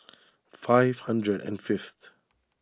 five hundred and fifth